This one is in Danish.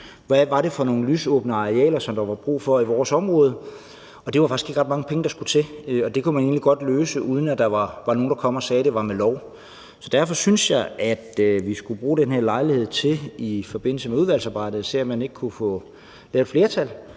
Hvad var det for nogle lysåbne arealer, som der var brug for i vores område? Og det var faktisk ikke ret mange penge, der skulle til, og det kunne man egentlig godt løse, uden at der var nogen, der kom og sagde, at det skulle være ved lov. Derfor synes jeg, at vi skulle bruge den her lejlighed til i forbindelse med udvalgsarbejdet at se, om man ikke kunne få lavet et flertal,